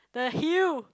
the hill